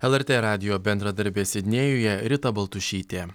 lrt radijo bendradarbė sidnėjuje rita baltušytė